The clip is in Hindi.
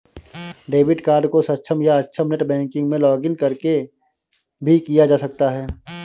डेबिट कार्ड को सक्षम या अक्षम नेट बैंकिंग में लॉगिंन करके भी किया जा सकता है